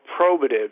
probative